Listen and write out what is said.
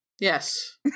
Yes